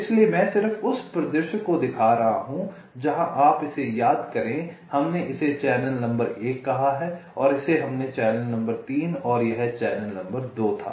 इसलिए मैं सिर्फ उस परिदृश्य को दिखा रहा हूं जहां आप इसे याद करते हैं हमने इसे चैनल नंबर 1 कहा है और इसे हमने चैनल नंबर 3 कहा है और यह चैनल नंबर 2 था